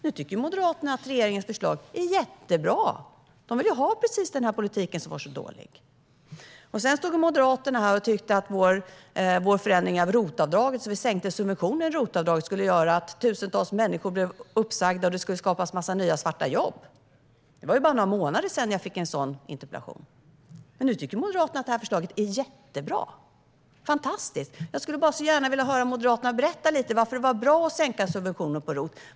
Nu tycker Moderaterna att regeringens förslag är jättebra. De vill ha precis den här politiken, som var så dålig. Sedan stod Moderaterna här och trodde att vår sänkning av subventionen i ROT-avdraget skulle göra att tusentals människor blev uppsagda och att det skulle skapas en massa nya svarta jobb. Det var bara några månader sedan jag fick en sådan interpellation. Nu tycker Moderaterna att förslaget är jättebra, fantastiskt. Jag skulle så gärna vilja höra Moderaterna berätta lite: Varför var det bra att sänka subventionerna för ROT?